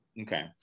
Okay